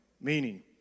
meaning